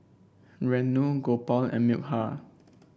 Renu Gopal and Milkha